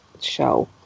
show